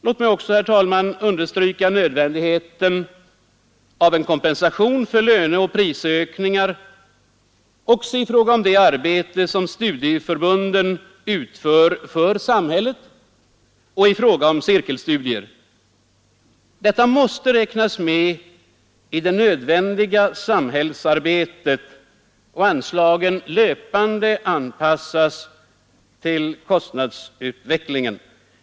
Låt mig också, herr talman, understryka nödvändigheten av en kompensation för löneoch prisökningar även i fråga om det arbete som studieförbunden utför för samhället och i fråga om cirkelstudier. Detta måste medräknas i det nödvändiga samhällsarbetet och anslagen löpande anpassas till kostnadsutvecklingen.